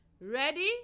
Ready